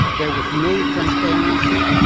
there was no transparency,